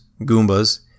Goombas